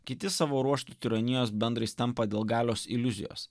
kiti savo ruožtu tironijos bendrais tampa dėl galios iliuzijos